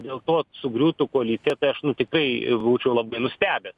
dėl to sugriūtų koalicija tai aš tiktai būčiau labai nustebęs